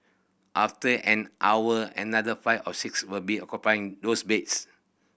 after an hour another five or six will be occupying those beds